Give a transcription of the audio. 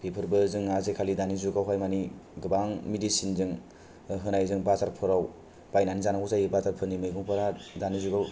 बेफोरबो जों आजि खालि दानि जुगावहाय मानि गोबां मेदिसिन जों होनाय जों बाजारफोराव बायनानै जानांगौ जायो बाजारफोरनि मैगंफोरा दानि जुगाव